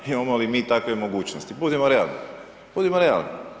Imamo li mi takve mogućnosti, budimo realni, budimo realni.